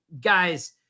Guys